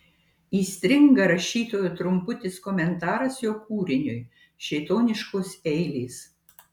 įstringa rašytojo trumputis komentaras jo kūriniui šėtoniškos eilės